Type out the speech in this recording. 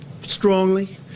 strongly